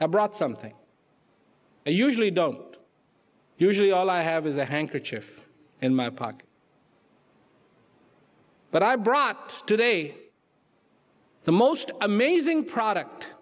you brought something they usually don't usually all i have is a handkerchief in my pocket but i brot today the most amazing product